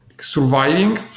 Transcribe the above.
surviving